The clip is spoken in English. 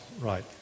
right